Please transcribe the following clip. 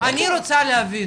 אני רוצה להבין,